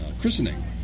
christening